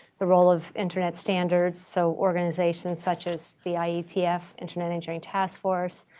the role of internet standards. so organizations such as the ietf, internet engineering task force,